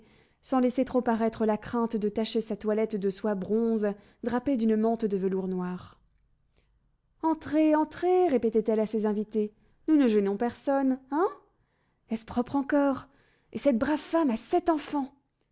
sans laisser trop paraître la crainte de tacher sa toilette de soie bronze drapée d'une mante de velours noir entrez entrez répétait-elle à ses invités nous ne gênons personne hein est-ce propre encore et cette brave femme a sept enfants